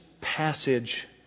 passage